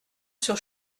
sur